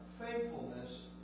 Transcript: faithfulness